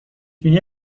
بینی